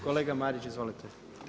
Kolega Marić, izvolite.